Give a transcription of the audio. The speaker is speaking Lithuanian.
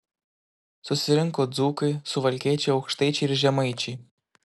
susirinko dzūkai suvalkiečiai aukštaičiai ir žemaičiai